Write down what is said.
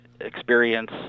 experience